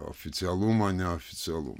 oficialumo neoficialumo